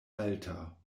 alta